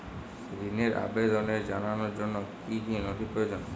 ঋনের আবেদন জানানোর জন্য কী কী নথি প্রয়োজন?